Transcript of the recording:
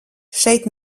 šeit